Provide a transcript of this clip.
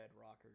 rockers